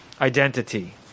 identity